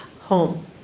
home